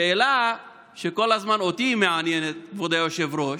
שאלה שכל הזמן מעניינת אותי, כבוד היושב-ראש,